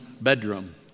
bedroom